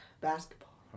basketball